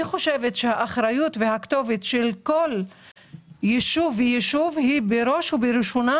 אני חושבת שהאחריות והכתובת של כל יישוב ויישוב היא בראש ובראשונה